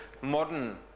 modern